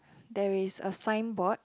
there is a signboard